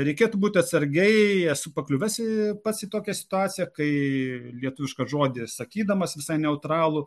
reikėtų būti atsargiai esu pakliuvęs pats į tokią situaciją kai lietuvišką žodį sakydamas visai neutralų